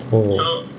oh